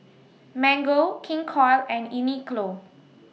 Mango King Koil and Uniqlo